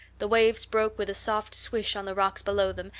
the waves broke with a soft swish on the rocks below them,